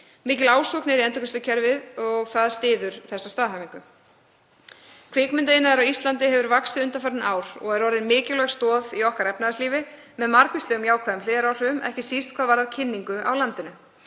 Mikil ásókn er í endurgreiðslukerfið og það styður þessa staðhæfingu. Kvikmyndaiðnaður á Íslandi hefur vaxið undanfarin ár og er orðinn mikilvæg stoð í okkar efnahagslífi með margvíslegum jákvæðum hliðaráhrifum, ekki síst hvað varðar kynningu á landinu.